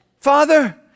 Father